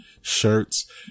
shirts